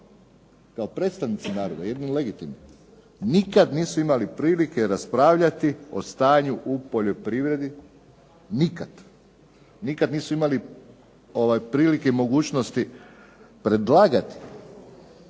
kao predstavnici naroda, jedini legitimni, nikad nisu imali prilike raspravljati o stanju u poljoprivredi. Nikad. Nikad nisu imali prilike i mogućnosti predlagati,